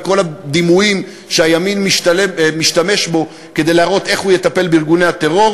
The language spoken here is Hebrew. וכל הדימויים שהימין משתמש בהם כדי להראות איך הוא יטפל בארגוני הטרור.